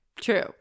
true